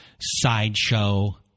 sideshow